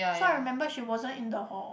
so I remembered she wasn't in the hall